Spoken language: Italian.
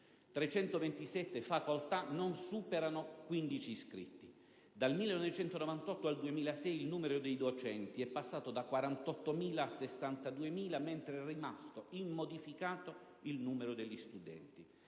327 facoltà non superano 15 iscritti; dal 1998 al 2006 il numero dei docenti è passato da 48.000 a 62.000 mentre è rimasto immodificato il numero degli studenti;